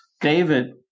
David